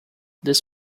this